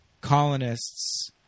colonists